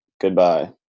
goodbye